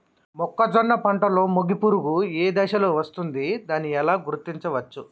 మొక్కజొన్న పంటలో మొగి పురుగు ఏ దశలో వస్తుంది? దానిని ఎలా గుర్తించవచ్చు?